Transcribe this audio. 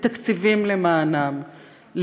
לתקציבים למענם,